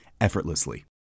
effortlessly